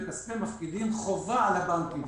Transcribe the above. וכספי מפקידים חובה על הבנקים,